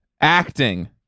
Acting